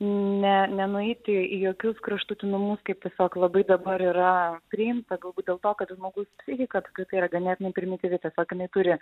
ne nenueiti į jokius kraštutinumus kaip tiesiog labai dabar yra priimta galbūt dėl to kad žmogaus psichika apskritai yra ganėtinai primityvi tiesiog jinai turi